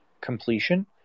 completion